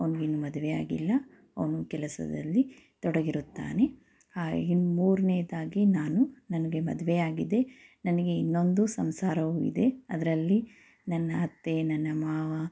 ಅವನಿಗಿನ್ನೂ ಮದುವೆ ಆಗಿಲ್ಲ ಅವನು ಕೆಲಸದಲ್ಲಿ ತೊಡಗಿರುತ್ತಾನೆ ಹಾ ಇನ್ನು ಮೂರನೇದಾಗಿ ನಾನು ನನಗೆ ಮದುವೆ ಆಗಿದೆ ನನಗೆ ಇನ್ನೊಂದು ಸಂಸಾರವೂ ಇದೆ ಅದರಲ್ಲಿ ನನ್ನ ಅತ್ತೆ ನನ್ನ ಮಾವ